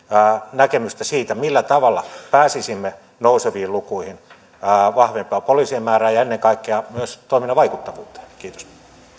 näkemystä siitä millä tavalla pääsisimme nouseviin lukuihin vahvempaan poliisien määrään ja ennen kaikkea myös toiminnan vaikuttavuuteen kiitos